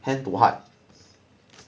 and to heart